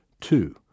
Two